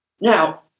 Now